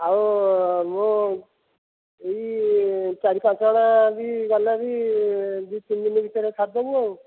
ଆଉ ମୁଁ ଏହି ଚାରି ପାଞ୍ଚଜଣ ବି ଗଲେ ବି ଦୁଇ ତିନ୍ ଦିନ ଭିତରେ ସାରିଦେବୁ ଆଉ